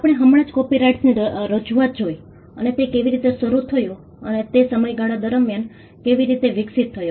આપણે હમણાં જ કોપીરાઈટની રજૂઆત જોઇ અને તે કેવી રીતે શરૂ થયો અને તે સમયગાળા દરમિયાન કેવી રીતે વિકસિત થયો